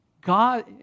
God